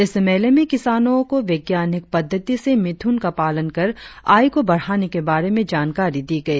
इस मेले में किसानों को वैज्ञानिक पद्धति से मिथुन का पालन कर आय को बढ़ाने के बारे में जानकारी दी गई